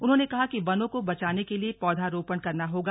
उन्होंने कहा कि वनों को बचाने के लिए पौध रोपण करना होगा